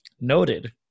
Noted